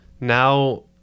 now